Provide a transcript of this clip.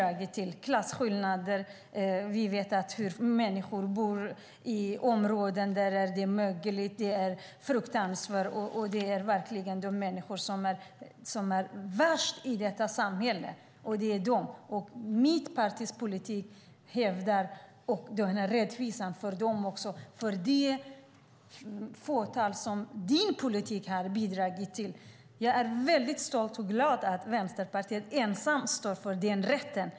Jag talar om klasskillnader, om att människor bor i områden där det är mögligt och där förhållandena är fruktansvärda. Det är de människor som har det värst i detta samhälle. Mitt parti hävdar rättvisa för dem också och inte bara för det fåtal som din politik har gynnat. Jag är väldigt stolt och glad över att Vänsterpartiet ensamt står för den rätten.